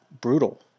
brutal